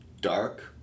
dark